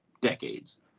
decades